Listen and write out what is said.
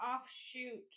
offshoot